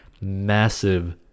massive